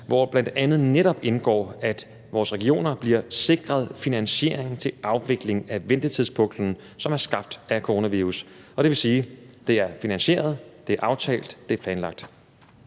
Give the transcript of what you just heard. hvor det bl.a. netop indgår, at vores regioner bliver sikret finansiering til afvikling af ventetidspuklen, som er skabt af coronavirus. Og det vil sige, at det er finansieret, det er aftalt,